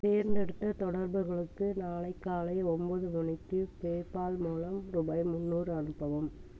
தேர்ந்தெடுத்த தொடர்புகளுக்கு நாளை காலை ஒன்பது மணிக்கு பேபால் மூலம் ரூபாய் முன்னூறு அனுப்பவும்